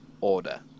order